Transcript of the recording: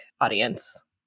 audience